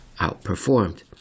outperformed